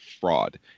fraud